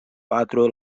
patro